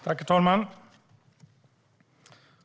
Herr talman!